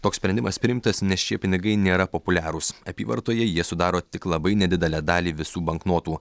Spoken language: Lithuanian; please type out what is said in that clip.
toks sprendimas priimtas nes šie pinigai nėra populiarūs apyvartoje jie sudaro tik labai nedidelę dalį visų banknotų